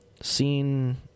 Seen